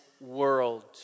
world